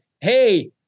hey